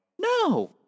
no